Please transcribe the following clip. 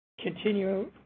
continue